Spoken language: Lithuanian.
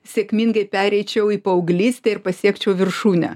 sėkmingai pereičiau į paauglystę ir pasiekčiau viršūnę